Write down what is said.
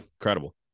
Incredible